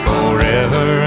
Forever